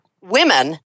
women